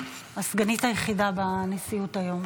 הסגנית היחידה בנשיאות היום,